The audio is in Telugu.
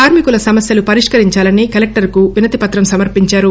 కార్మికుల సమస్యలు పరిష్కరించాలని కలెక్టర్లకు వినతి పత్రం సమర్పించారు